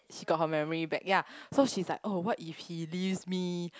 she got her memory back ya so she's like oh what if he leaves me